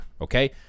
okay